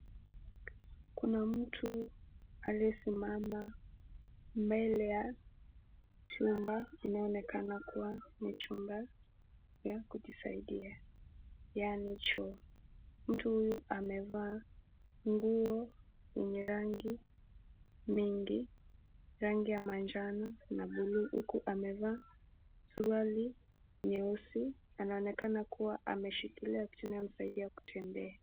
Kuna mtu aliyesimama mbele ya chumba inayoonekana kuwa ni chumba ya kujisaidia yaani choo. Mtu amevaa nguo yenye rangi mingi, rangi ya manjano na buluu huku amevaa suruali nyeusi. Anaonekana kuwa ameshikilia chuma imsaidie atembee.